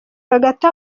hagati